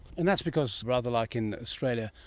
and that's because, rather like in australia,